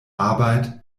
arbeit